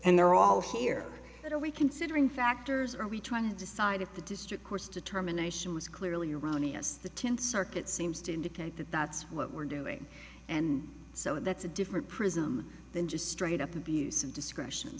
and they're all here that are we considering factors are we trying to decide if the district court's determination was clearly erroneous the tenth circuit seems to indicate that that's what we're doing and so that's a different prism than just straight up abuse of discretion